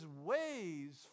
ways